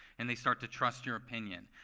and they start to trust your opinion.